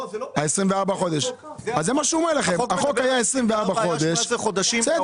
החוק היה 24 חודשים,